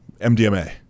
MDMA